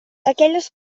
aquelles